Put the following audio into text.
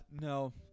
no